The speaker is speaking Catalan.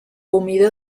humida